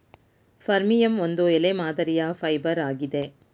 ಫರ್ಮಿಯಂ ಒಂದು ಎಲೆ ಮಾದರಿಯ ಫೈಬರ್ ಆಗಿದೆ